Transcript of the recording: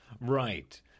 Right